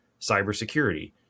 cybersecurity